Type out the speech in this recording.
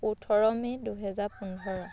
ওঠৰ মে দুহেজাৰ পোন্ধৰ